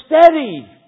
steady